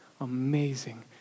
amazing